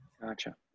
Gotcha